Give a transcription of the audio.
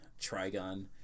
Trigon